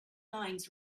lines